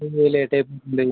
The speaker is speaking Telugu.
మళ్ళీ లేట్ అయిపోతుంది